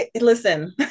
listen